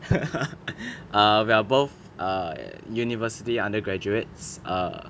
err we're both err university undergraduates err